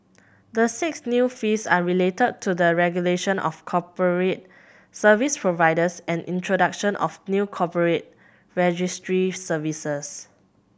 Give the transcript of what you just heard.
the six new fees are related to the regulation of corporate service providers and introduction of new corporate registry services